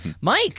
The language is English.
mike